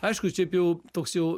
aišku šiaip jau toks jau